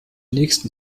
nächsten